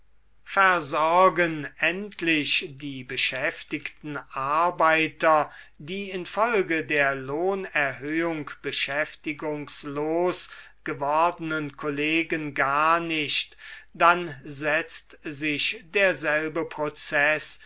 versorgen endlich die beschäftigten arbeiter die infolge der lohnerhöhung beschäftigungslos gewordenen kollegen gar nicht dann setzt sich derselbe prozeß